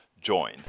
join